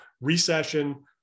recession